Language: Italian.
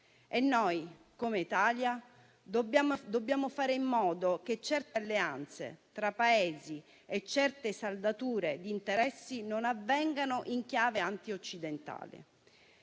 e noi, come Italia, dobbiamo fare in modo che certe alleanze tra Paesi e certe saldature di interessi non avvengano in chiave antioccidentale.